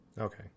Okay